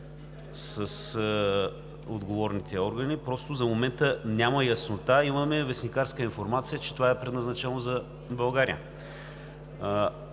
с отговорните органи и просто за момента няма яснота, а имаме вестникарска информация, че това е предназначено за България.